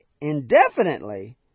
indefinitely